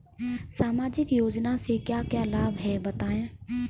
सामाजिक योजना से क्या क्या लाभ हैं बताएँ?